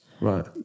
right